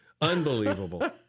Unbelievable